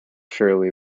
shirley